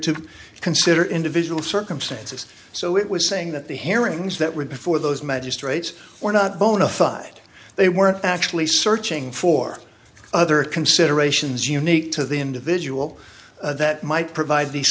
to consider individual circumstances so it was saying that the herrings that were before those magistrates were not bona fide they were actually searching for other considerations unique to the individual that might provide the